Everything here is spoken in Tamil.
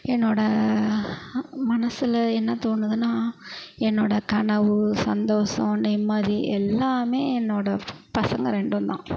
என்னோடய மனசில் என்ன தோணுதுன்னால் என்னோடய கனவு சந்தோஷம் நிம்மதி எல்லாமே என்னோடய பசங்க ரெண்டும்தான்